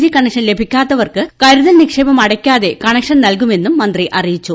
G connection ലഭിക്കാത്തവർക്ക് കരുതൽ നിക്ഷേപം അടയ്ക്കാതെ കണക്ഷൻ നൽകുമെന്ന് മന്ത്രി അറിയിച്ചു